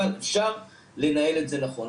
אפשר לנהל את זה נכון.